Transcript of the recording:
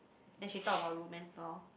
then she talk about romance loh